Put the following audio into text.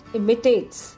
imitates